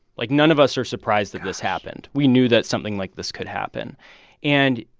like, none of us are surprised that this happened. we knew that something like this could happen and,